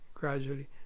Gradually